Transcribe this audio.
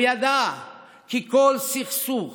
הוא ידע כי כל סכסוך